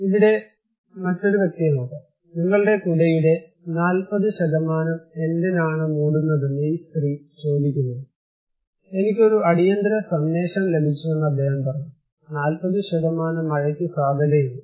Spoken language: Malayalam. ഇവിടെ മറ്റൊരു വ്യക്തിയെ നോക്കാം നിങ്ങളുടെ കുടയുടെ 40 എന്തിനാണ് മൂടുന്നതെന്ന് ഈ സ്ത്രീ ചോദിക്കുന്നത് എനിക്ക് ഒരു അടിയന്തര സന്ദേശം ലഭിച്ചുവെന്ന് അദ്ദേഹം പറഞ്ഞു 40 മഴയ്ക്ക് സാധ്യതയുണ്ട്